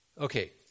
Okay